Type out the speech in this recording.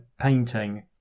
painting